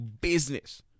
business